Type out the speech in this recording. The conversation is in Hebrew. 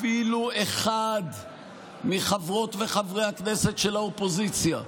אפילו אחד מחברות וחברי הכנסת של האופוזיציה,